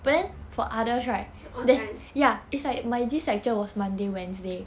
on time